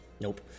Nope